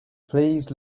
please